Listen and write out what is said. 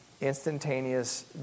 instantaneous